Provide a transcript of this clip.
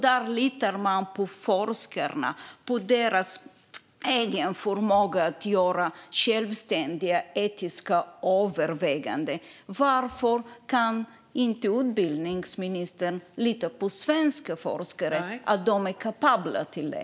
Där litar man på forskarna och deras förmåga att göra självständiga etiska överväganden. Varför kan inte utbildningsministern lita på att svenska forskare är kapabla till det?